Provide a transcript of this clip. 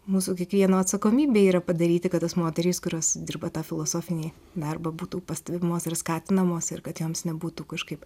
mūsų kiekvieno atsakomybė yra padaryti kad tos moterys kurios dirba tą filosofinį darbą būtų pastebimos ir skatinamos ir kad joms nebūtų kažkaip